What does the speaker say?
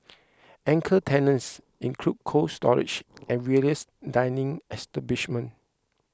anchor tenants include Cold Storage and various dining establishment